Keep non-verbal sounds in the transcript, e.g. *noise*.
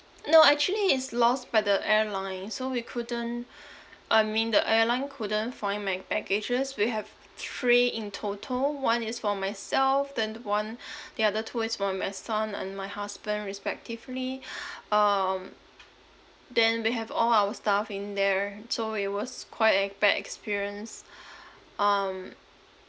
no actually is lost by the airline so we couldn't I mean the airline couldn't find my baggages we have three in total one is for myself then one the other two is for my son and my husband respectively um then we have all our stuff in there so it was quite a bad experience *breath* um